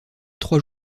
trois